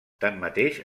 tanmateix